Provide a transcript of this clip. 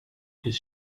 his